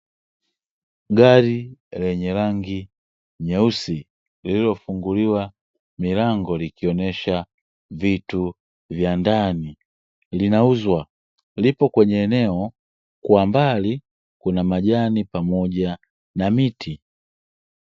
Gari lenye rangi nyeusi, lililofunguliwa milango likionyesha vitu vya ndani, linauzwa liko kwenye eneo kwa mbali kuna manani pamoja na miti.